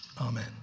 Amen